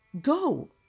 Go